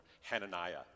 Hananiah